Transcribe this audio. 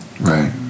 right